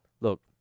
Look